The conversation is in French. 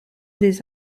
des